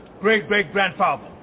great-great-grandfather